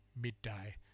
midday